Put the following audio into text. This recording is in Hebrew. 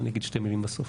אני אגיד שתי מלים בסוף.